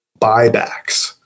buybacks